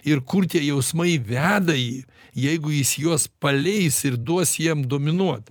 ir kur tie jausmai veda jį jeigu jis juos paleis ir duos jiem dominuot